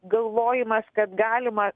galvojimas kad galima